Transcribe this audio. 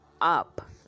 up